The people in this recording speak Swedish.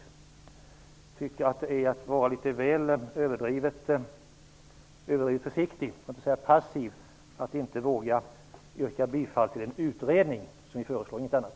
Jag tycker att det är att vara överdrivet försiktig, för att inte säga passiv, att inte våga yrka bifall till ett förslag om en utredning. Det är det vi föreslår, inget annat.